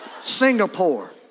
Singapore